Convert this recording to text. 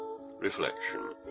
Reflection